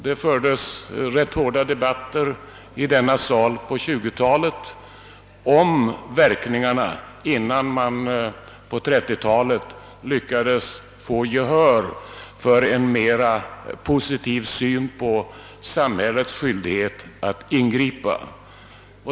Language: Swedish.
Det fördes ganska hårda debatter i denna kammare på 1920-talet om verkningarna av strukturrationaliseringen innan man på 1930-talet lyckades få gehör för en mer positiv syn på samhällets skyldighet att ingripa.